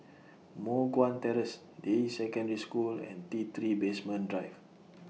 Moh Guan Terrace Deyi Secondary School and T three Basement Drive